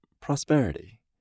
prosperity